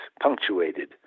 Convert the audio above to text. punctuated